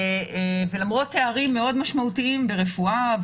ולמרות תארים מאוד משמעותיים ברפואה,